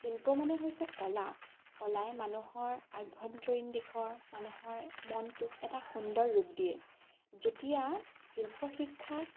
শিল্প মানে হৈছে কলা কলাই মানুহৰ অভ্যন্তৰীণ দিশৰ মানুহৰ মনটোক এটা সুন্দৰ ৰূপ দিয়ে যেতিয়া শিল্পশিক্ষাক